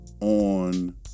on